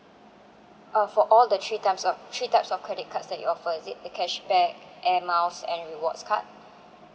uh for all the three types of three types of credit cards that you offer is it the cashback air miles and rewards card